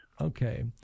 Okay